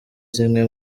zimwe